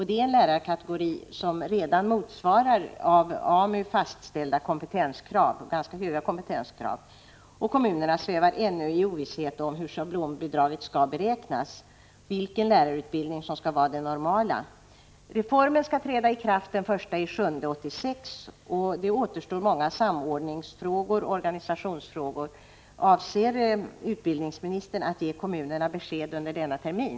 Det är en lärarkategori vars kompetens redan motsvarar de av AMU fastställda kompetenskraven, som är ganska höga. Kommunerna svävar ännu i ovisshet om hur schablonbidraget skall beräknas och vilken lärarutbildning som skall vara den normala. Reformen skall träda i kraft den 1 juli 1986, och många samordningsfrågor och organisationsfrågor återstår. Avser utbildningsministern att ge kommunerna besked under denna termin?